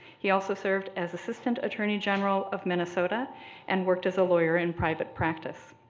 he also served as assistant attorney general of minnesota and worked as a lawyer in private practice.